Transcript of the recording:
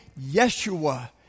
Yeshua